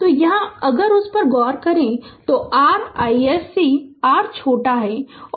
तो यहाँ अगर उस पर गौर करें तो r iSC r छोटा है